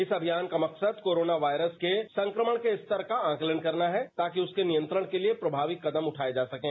इस अभियान का मकसद कोरोना वायरस के संक्रमण के स्तर का आकलन करना है ताकि उसके नियंत्रण के लिए प्रभावी कदम उठाए जा सकें